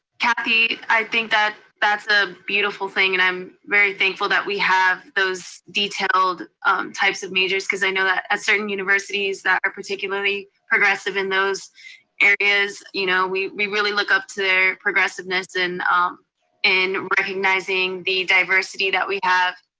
i think that that's a beautiful thing, and i'm very thankful that we have those detailed types of majors, cause i know that ah certain universities that are particularly progressive in those areas, you know we we really look up to their progressiveness, and recognizing the diversity that we have.